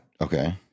Okay